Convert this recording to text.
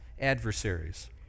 adversaries